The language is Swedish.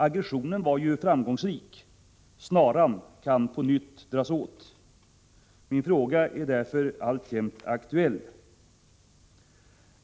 Aggressionen var ju framgångsrik, snaran kan på nytt dras åt. Min fråga är därför alltjämt aktuell.